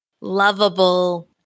lovable